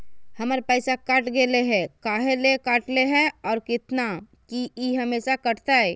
हमर पैसा कट गेलै हैं, काहे ले काटले है और कितना, की ई हमेसा कटतय?